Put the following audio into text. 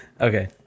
okay